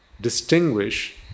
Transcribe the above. distinguish